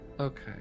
Okay